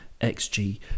XG